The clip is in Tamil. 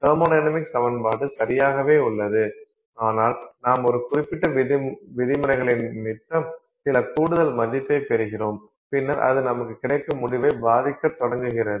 தெர்மோடைனமிக் சமன்பாடு சரியாகவே உள்ளது ஆனால் நாம் ஒரு குறிப்பிட்ட விதிமுறைகளினிமித்தம் சில கூடுதல் மதிப்பைப் பெறுகிறோம் பின்னர் அது நமக்கு கிடைக்கும் முடிவைப் பாதிக்கத் தொடங்குகிறது